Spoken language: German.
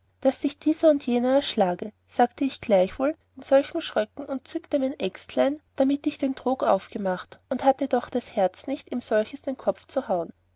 daß dich dieser und jener erschlage sagte ich gleichwohl in solchem schröcken und zuckte mein äxtlein damit ich den trog aufgemacht und hatte doch das herz nicht ihm solches in kopf zu hauen